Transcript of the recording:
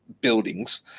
buildings